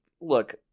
look